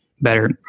better